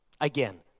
again